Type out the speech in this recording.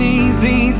easy